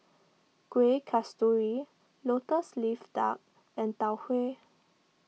Kueh Kasturi Lotus Leaf Duck and Tau Huay